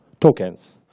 tokens